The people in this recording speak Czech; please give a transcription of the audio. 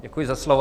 Děkuji za slovo.